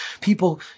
People